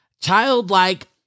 childlike